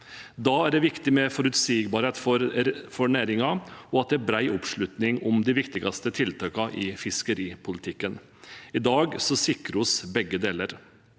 Da er det viktig med forutsigbarhet for næringen og at det er bred oppslutning om de viktigste tiltakene i fiskeripolitikken. I dag sikrer vi begge deler.